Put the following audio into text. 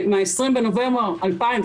מה-20 בנובמבר 2017,